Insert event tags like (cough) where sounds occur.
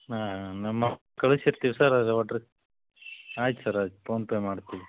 ಹಾಂ ನಮ್ಮ (unintelligible) ಕಳ್ಸಿರ್ತಿವಿ ಸರ್ ಅದು ಅಡ್ರೆಸ್ ಆಯ್ತು ಸರ್ ಆಯ್ತು ಫೋನ್ಪೇ ಮಾಡ್ತೀವಿ